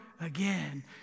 again